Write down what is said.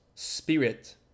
spirit